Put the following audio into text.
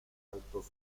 altos